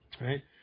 Right